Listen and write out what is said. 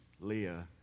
Leah